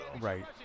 Right